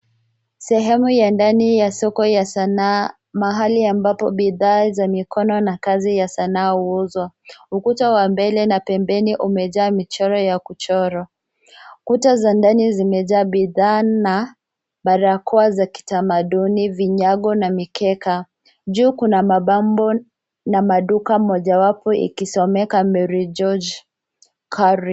Sehemu ya ndani ya soko ya sanaa mahali ambapo bidhaa za mikono na kazi ya sanaa uuzwa. Ukuta wa mbele na pembeni umejaa mchoro ya kuchorwa. Kuta za ndani zimejaa bidhaa na barakoa za kitamaduni, vinyako na mikeka. Juu kuna mabango na maduka mojawapo likisomeka Mery Geoge Curio.